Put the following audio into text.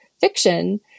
fiction